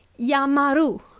yamaru